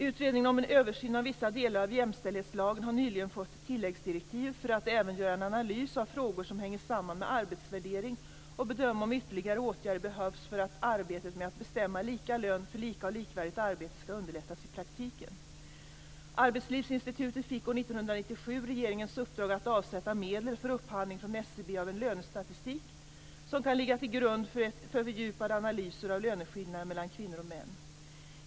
· Utredningen om en översyn av vissa delar av jämställdhetslagen har nyligen fått tilläggsdirektiv för att även göra en analys av frågor som hänger samman med arbetsvärdering och bedöma om ytterligare åtgärder behövs för att arbetet med att bestämma lika lön för lika och likvärdigt arbete skall underlättas i praktiken. · Arbetslivsinstitutet fick år 1997 regeringens uppdrag att avsätta medel för upphandling från SCB av en lönestatistik som kan ligga till grund för fördjupade analyser av löneskillnader mellan kvinnor och män.